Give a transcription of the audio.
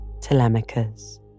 Telemachus